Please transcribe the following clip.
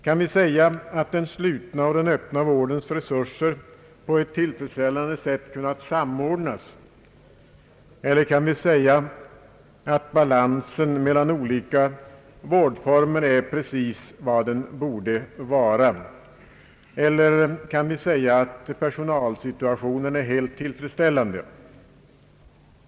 Kan vi säga att den slutna och öppna vårdens resurser på ett tillfredsställande sätt kunnat samordnas, eller kan vi säga att balansen mellan olika vårdformer är precis vad den borde vara? är personalsituationen helt tillfredsställande?